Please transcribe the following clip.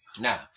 Now